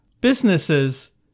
businesses